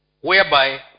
whereby